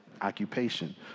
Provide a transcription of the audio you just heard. occupation